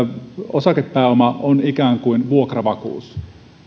osakepääoma on ikään kuin vuokravakuus